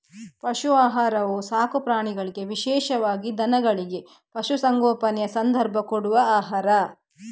ಪಶು ಆಹಾರವು ಸಾಕು ಪ್ರಾಣಿಗಳಿಗೆ ವಿಶೇಷವಾಗಿ ದನಗಳಿಗೆ, ಪಶು ಸಂಗೋಪನೆಯ ಸಂದರ್ಭ ಕೊಡುವ ಆಹಾರ